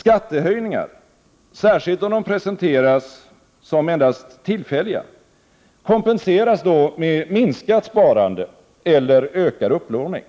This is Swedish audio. Skattehöjningar — särskilt om de presenteras som endast tillfälliga — kompenseras då med minskat sparande eller ökad upplåning.